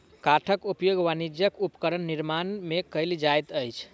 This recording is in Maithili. काठक उपयोग वाणिज्यक उपकरण निर्माण में कयल जाइत अछि